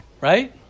Right